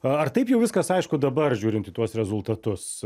ar taip jau viskas aišku dabar žiūrint į tuos rezultatus